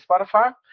Spotify